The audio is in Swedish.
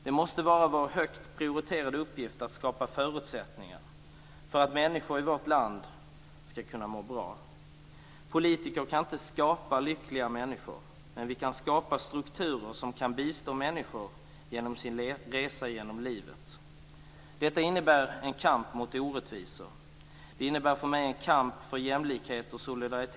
Det måste vara vår högt prioriterade uppgift att skapa förutsättningar för att människor i vårt land skall kunna må bra. Politiker kan inte skapa lyckliga människor, men vi kan skapa strukturer som kan bistå människor genom deras resa genom livet. Detta innebär en kamp mot orättvisor. Det innebär för mig en kamp för jämlikhet och solidaritet.